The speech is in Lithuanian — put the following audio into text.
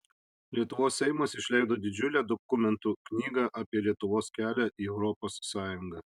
lietuvos seimas išleido didžiulę dokumentų knygą apie lietuvos kelią į europos sąjungą